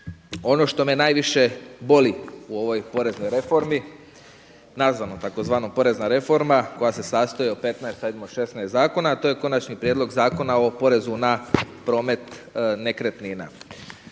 ono što me najviše boli u ovoj poreznoj reformi, nazvano takozvano porezna reforma, koja se sastoji od 15, 16 zakona. To je konačni prijedlog Zakona o porezu na promet nekretnina.